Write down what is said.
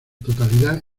totalidad